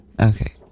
Okay